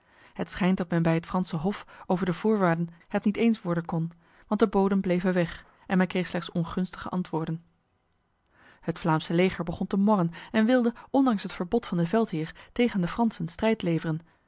het schijnt dat men bij het franse hof over de voorwaarden het niet eens worden kon want de boden bleven weg en men kreeg slechts ongunstige antwoorden het vlaams leger begon te morren en wilde ondanks het verbod van de veldheer tegen de fransen strijd leveren